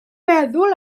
meddwl